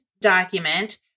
document